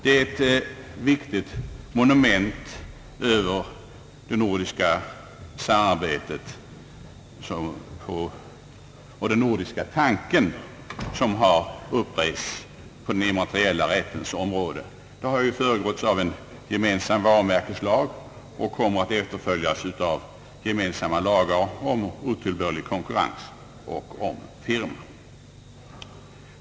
Det är ett viktigt monument över det nordiska samarbetet och den nordiska tanken, som nu har upprests på den immateriella rättens område. Det har föregåtts av en gemensam varumärkeslag och kommer att efterföljas av gemensamma lagar om otillbörlig konkurrens och om firma.